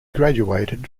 graduated